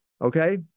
okay